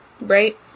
right